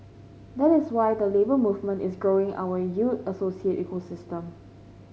that is why the Labour Movement is growing our U Associate ecosystem